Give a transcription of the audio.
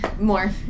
More